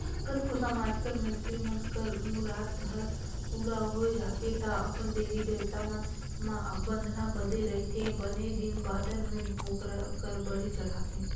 कतको समाज कर मइनसे मन कर मुराद हर पूरा होय जाथे त अपन देवी देवता मन म बदना बदे रहिथे बने दिन बादर म बोकरा कर बली चढ़ाथे